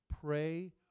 pray